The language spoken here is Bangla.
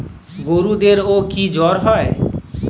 গরুদেরও কি জ্বর হয়?